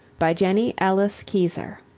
by jennie ellis keysor